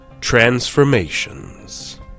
Transformations